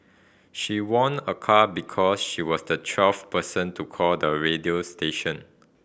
she won a car because she was the twelfth person to call the radio station